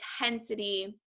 intensity